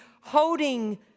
holding